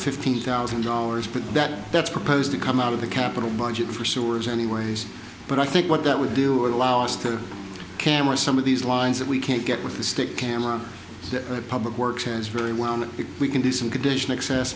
fifteen thousand dollars put that that's proposed to come out of the capital budget for sewers anyways but i think what that would do allow us to camera some of these lines that we can't get with the state camera the public works has very well and if we can do some condition access